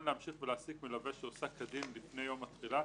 להמשיך ולהעסיק מלווה שהועסק כדין לפני יום התחילה